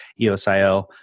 eosio